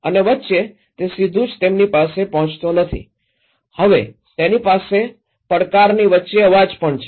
અને વચ્ચે તે સીધુ જ તેમની પાસે પહોંચતો નથી હવે તેની પાસે પડકારની વચ્ચે અવાજ પણ છે